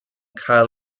cael